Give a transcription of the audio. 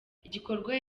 igikorwa